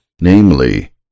namely